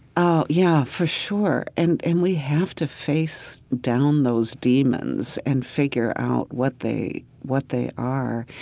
oh yeah, for sure. and and we have to face down those demons and figure out what they what they are,